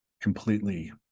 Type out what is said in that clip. completely